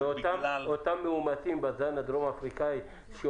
אותם מאומתים בזן הדרום אפריקאי?